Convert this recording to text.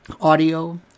audio